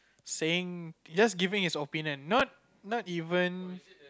saying just giving his opinion not not even